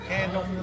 Candle